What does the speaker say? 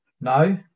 No